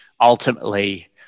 ultimately